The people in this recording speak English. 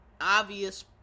obvious